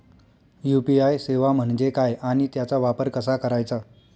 UPI सेवा म्हणजे काय आणि त्याचा वापर कसा करायचा?